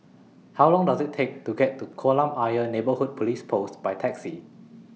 How Long Does IT Take to get to Kolam Ayer Neighbourhood Police Post By Taxi